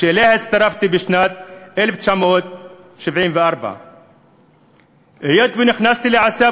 והצטרפתי אליה בשנת 1974. היות שנכנסתי לעשייה